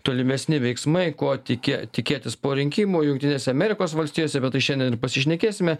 tolimesni veiksmai ko tiki tikėtis po rinkimų jungtinėse amerikos valstijose apie tai šiandien ir pasišnekėsime